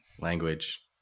language